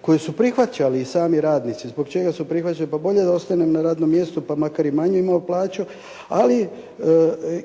koju su prihvaćali i sami radnici. Zbog čega su prihvaćali? Pa bolje da ostanem na radnom mjestu pa makar i manju imao plaću, ali